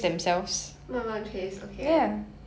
慢慢 pace okay